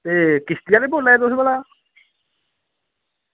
एह् किश्ती आह्ले बोला दे तुस भला